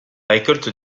récolte